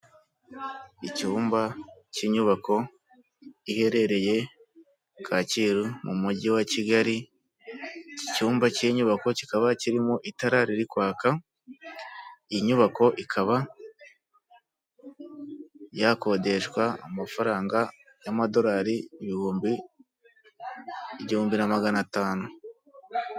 Icyumba cy'inyubako iherereye Kacyiru mu mujyi wa Kigali, iki cyumba cy'inyubako kikaba kirimo itara riri kwaka, iyi nyubako ikaba yakodeshwa amafaranga y'amadolari igihumbi na magana atanu.